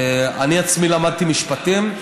אני עצמי למדתי משפטים,